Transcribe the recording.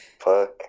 Fuck